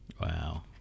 Wow